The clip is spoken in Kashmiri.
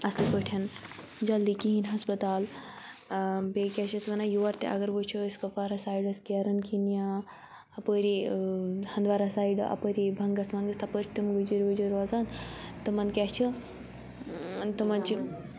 اَصٕل پٲٹھۍ جلدی کِہیٖنۍ ہَسپَتال بیٚیہِ کیاہ چھِ اَتھ وَنان یور تہِ اگر وٕچھو أسۍ کَپوارہ سایڈَس کیرَن کِنۍ یا اَپٲری ہَنٛدوارا سایڈٕ اَپٲری بَنٛگَس وَنٛگَس تَپٲرۍ چھِ تٕم گُجِر وُجر روزان تِمَن کیٛاہ چھِ تِمَن چھِ